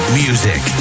music